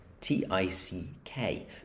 T-I-C-K